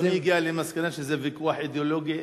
אדוני הגיע למסקנה שזה ויכוח אידיאולוגי-ערכי?